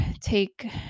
take